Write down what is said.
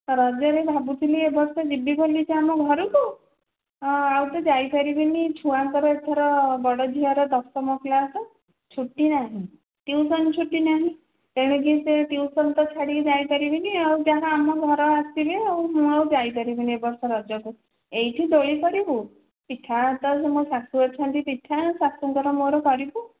ରଜରେ ଭାବୁଥିଲି ଏ ବର୍ଷ ଯିବି ବୋଲି ଯେ ଆମ ଘରକୁ ଆଉ ତ ଯାଇ ପାରିବିନି ଛୁଆଙ୍କର ଏଥର ବଡ଼ ଝିଅର ଦଶମ କ୍ଲାସ ଛୁଟି ନାହିଁ ଟିଉସନ ଛୁଟି ନାହିଁ ଏଣିକି ସେ ଟିଉସନ ତ ଛାଡ଼ିକି ଯାଇ ପାରିବିନି ଆଉ ଯାହା ଆମ ଘର ଆସିବେ ଆଉ ମୁଁ ଆଉ ଯାଇ ପାରିବିନି ଏବର୍ଷ ରଜକୁ ଏଇଠି ଦୋଳି କରିବୁ ପିଠା ତ ମୋ ଶାଶୁ ଅଛନ୍ତି ପିଠା ଶାଶୁଙ୍କର ମୋର କରିବୁ